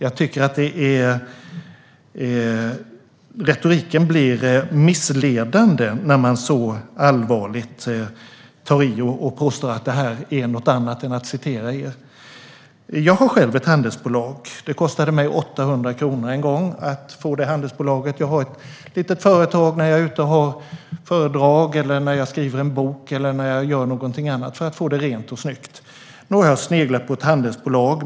Jag tycker att retoriken blir missledande när man tar i så allvarligt och påstår att det här är något annat än att citera er. Jag har själv ett handelsbolag. Det kostade mig 800 kronor en gång att få det. Jag har ett litet företag för att få det rent och snyggt när jag är ute och håller föredrag, när jag skriver en bok eller när jag gör någonting annat. Nog har jag sneglat på ett aktiebolag.